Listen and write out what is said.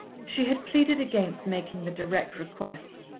she had pleaded against making the direct request,